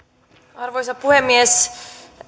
arvoisa puhemies